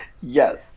yes